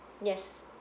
yes